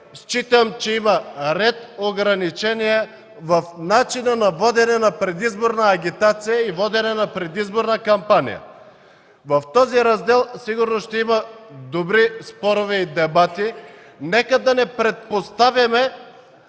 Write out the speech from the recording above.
считам, че има ред ограничения в начина на водене на предизборна агитация и водене на предизборна кампания. В този раздел сигурно ще има добри спорове и дебати. Нека да не предпоставяме